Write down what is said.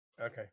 Okay